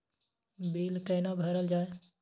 Bill कैना भरल जाय?